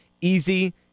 easy